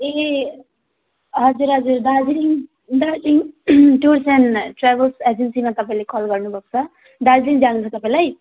ए हजुर हजुर Darjeeling Darjeeling tours and travels एजेन्सीमा तपाईँले कल गर्नु भएको छ दार्जिलिङ जानु छ तपाईँलाई